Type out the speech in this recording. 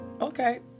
Okay